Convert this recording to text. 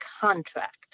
contract